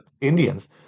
Indians